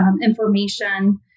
information